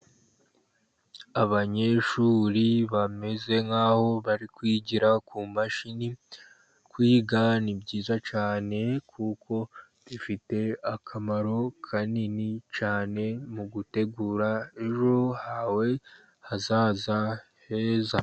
Abanyeshuri bameze nk'aho bari kwigira ku mashini. Kwiga ni byiza cyane kuko bifite akamaro kanini cyane mu gutegura ejo hawe hazaza heza.